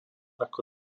ako